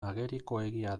agerikoegia